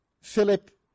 Philip